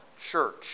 church